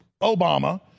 Obama